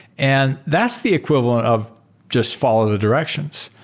and that's the equivalent of just follow the directions.